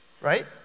right